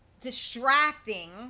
distracting